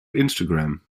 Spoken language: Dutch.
instagram